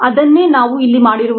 ಅದನ್ನೇ ನಾವು ಇಲ್ಲಿ ಮಾಡಿರುವುದು